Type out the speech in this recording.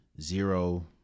zero